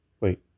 Wait